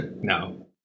No